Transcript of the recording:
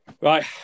Right